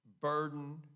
burden